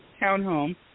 townhome